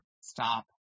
stop